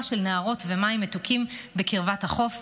של נהרות ומים מתוקים בקרבת החוף,